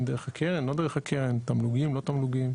אם דרך הקרן, לא דרך הקרן, תמלוגים, לא תמלוגים.